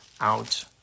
out